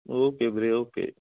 okay ਵੀਰੇ okay